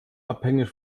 abhängig